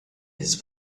his